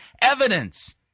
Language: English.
evidence